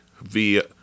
via